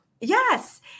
Yes